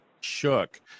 shook